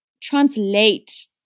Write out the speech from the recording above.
translate